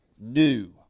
new